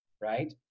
right